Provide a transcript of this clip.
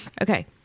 okay